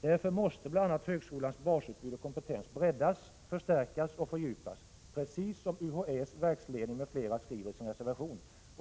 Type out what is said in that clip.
Därför måste bl.a. högskolans basutbud och kompetens breddas, förstärkas och fördjupas, precis som UHÄ:s verksledning m.fl. skriver i sin reservation.